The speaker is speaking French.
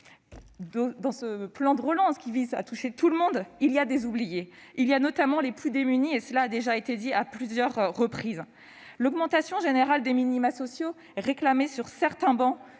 dans ce plan de relance, qui vise pourtant à toucher tout le monde, des oubliés, notamment les plus démunis- cela a déjà été dit à plusieurs reprises. L'augmentation générale des minima sociaux, réclamée sur certaines travées,